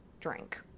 drink